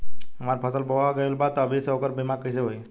हमार फसल बोवा गएल बा तब अभी से ओकर बीमा कइसे होई?